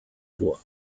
bois